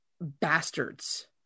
bastards